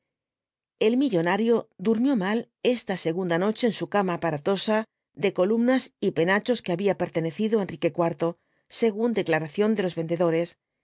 el millonario durmió mal esta segunda noche en su cama aparatosa de columnas y penachos que había pertenecido á enrique iv según declaración de los vendedores